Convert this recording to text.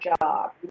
job